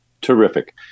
Terrific